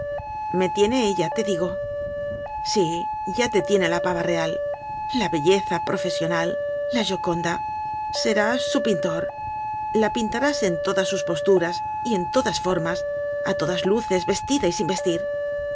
me tiene ella te digo sí ya te tiene la pava real la belleza profesional la joconda serás su pintor la pintarás en todas posturas y en todas formas a todas las luces vestida y sin